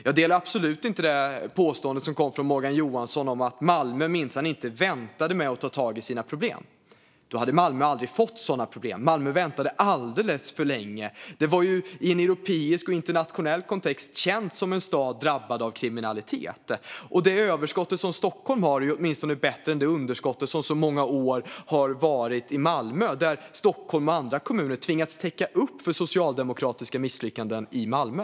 Jag delar absolut inte det påstående som kom från Morgan Johansson om att Malmö minsann inte väntade med att ta tag i sina problem. Då hade Malmö aldrig fått sådana problem. Malmö väntade alldeles för länge. Malmö var ju i en europeisk och internationell kontext känd som en stad drabbad av kriminalitet. Och det överskott som Stockholm har är åtminstone bättre än det underskott som i många år har funnits i Malmö. Stockholm och andra kommuner har tvingats täcka upp för socialdemokratiska misslyckanden i Malmö.